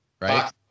right